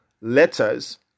letters